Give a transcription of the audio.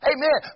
Amen